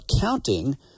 counting